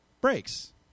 breaks